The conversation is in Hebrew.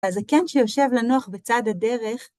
הזקן שיושב לנוח בצד הדרך.